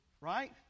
Right